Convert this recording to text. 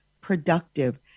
productive